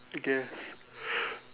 guess